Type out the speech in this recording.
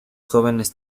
jóvenes